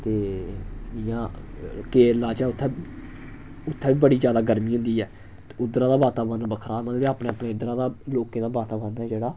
ते इ'यां केरला च उत्थै उत्थै बी बड़ी जैदा गर्मी होंदी ऐ ते उद्धरा दा वातावरण बक्खरा मतलब कि अपने अपने इद्धरा दा लोकें दा वातावरण